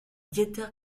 dieter